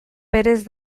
berez